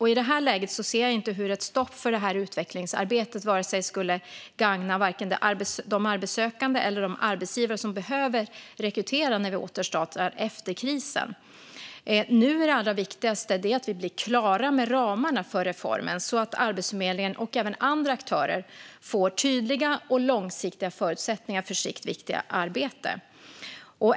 I detta läge ser jag inte hur ett stopp för utvecklingsarbetet skulle gagna de arbetssökande eller de arbetsgivare som behöver rekrytera när vi återstartar efter krisen. Det allra viktigaste nu är att vi blir klara med ramarna för reformen, så att Arbetsförmedlingen och även andra aktörer får tydliga och långsiktiga förutsättningar för sitt viktiga arbete.